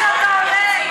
תרחיב,